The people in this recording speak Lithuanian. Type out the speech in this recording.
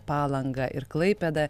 palanga ir klaipėda